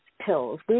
pills